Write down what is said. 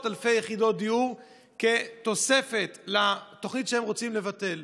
אלפי יחידות דיור כתוספת לתוכנית שהם רוצים לבטל.